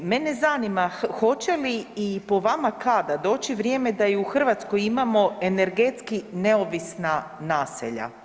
Mene zanima hoće li i po vama kada doći vrijeme da i u Hrvatskoj imamo energetski neovisna naselja?